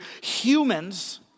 humans